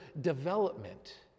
development